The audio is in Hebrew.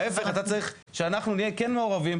ההפך: אתה צריך שאנחנו כן נהיה מעורבים.